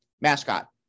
Mascot